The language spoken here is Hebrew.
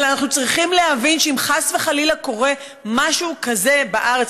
אבל אנחנו צריכים להבין שאם חס וחלילה קורה משהו כזה בארץ,